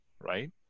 right